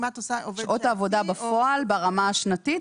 שעות העבודה בפועל ברמה השנתית,